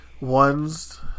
ones